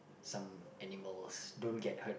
some animals don't get hurt